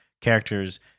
characters